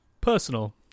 personal